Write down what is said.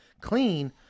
clean